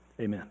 Amen